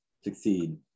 succeed